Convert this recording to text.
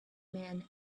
men